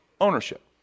ownership